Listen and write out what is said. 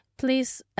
Please